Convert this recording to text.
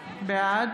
בעד